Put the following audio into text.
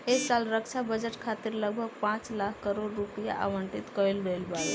ऐ साल रक्षा बजट खातिर लगभग पाँच लाख करोड़ रुपिया आवंटित कईल गईल बावे